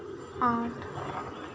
आठ